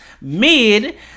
mid